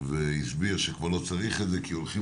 והסביר שכבר לא צריך את זה כי הולכים